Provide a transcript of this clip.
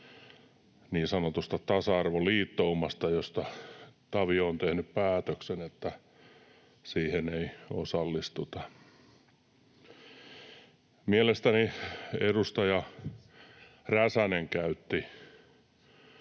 niin sanotusta tasa-arvoliittoumasta, josta Tavio on tehnyt päätöksen, että siihen ei osallistuta. Mielestäni edustaja Räsänen käytti